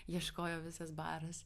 ieškojo visas baras